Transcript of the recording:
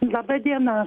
laba diena